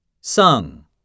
Sung